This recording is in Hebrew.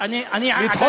מה ההצעה?